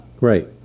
Right